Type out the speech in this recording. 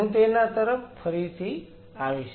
હું તેના તરફ ફરીથી આવીશ